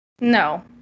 No